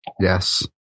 Yes